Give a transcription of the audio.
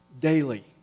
daily